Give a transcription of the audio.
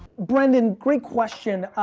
brendan, great question.